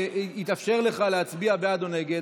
יתאפשר לך להצביע בעד או נגד.